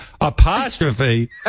Apostrophe